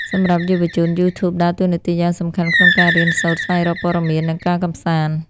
សម្រាប់យុវជន YouTube ដើរតួនាទីយ៉ាងសំខាន់ក្នុងការរៀនសូត្រ ស្វែងរកព័ត៌មាន និងការកម្សាន្ត។